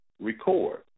record